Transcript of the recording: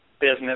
business